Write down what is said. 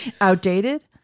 Outdated